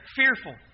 fearful